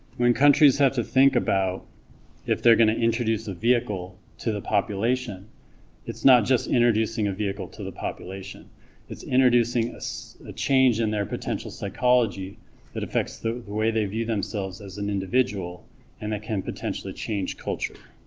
when countries have to think about if they're going to introduce a vehicle to the population it's not just introducing a vehicle to the population it's introducing a change in their potential psychology that affects the the way they view themselves as an individual and it can potentially change culture,